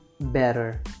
better